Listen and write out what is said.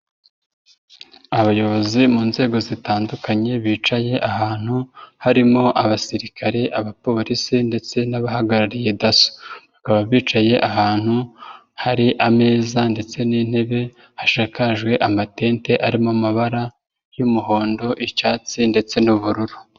Abayobozi mu nzego zitandukanye bicaye ahantu harimo Abasirikare, Abapolisi ndetse n'abahagarariye Daso, bakaba bicaye ahantu hari ameza ndetse n'intebe hashakajwe amatente arimo amabara y'umuhondo, icyatsi ndetse n'ubururu.